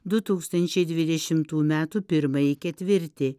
du tūkstančiai dvidešimtų metų pirmąjį ketvirtį